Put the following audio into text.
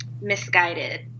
misguided